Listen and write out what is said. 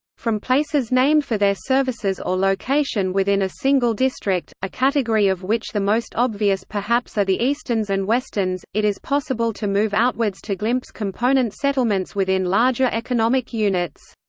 from places named for their services or location within a single district, a category of which the most obvious perhaps are the eastons and westons, it is possible to move outwards to glimpse component settlements within larger economic units.